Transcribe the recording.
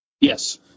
Yes